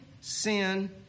sin